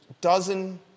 dozen